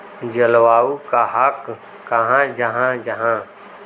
जलवायु कहाक कहाँ जाहा जाहा?